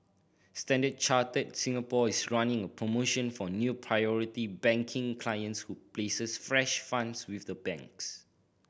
Standard Chartered Singapore is running a promotion for new Priority Banking clients who places fresh funds with the bank